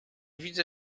widzę